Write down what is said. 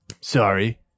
Sorry